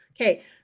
okay